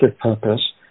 purpose